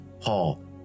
Paul